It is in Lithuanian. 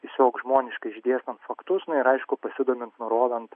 tiesiog žmoniškai išdėstant faktus na ir aišku pasidomint nurodant